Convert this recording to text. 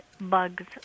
bugs